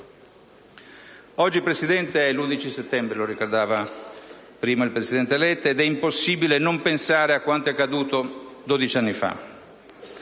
Oggi, Presidente, è l'11 settembre, come ha ricordato prima il presidente Letta, ed è impossibile non pensare a quanto è accaduto dodici anni fa.